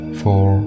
four